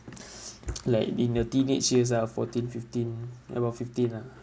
like in your teenage years ah fourteen fifteen about fifteen lah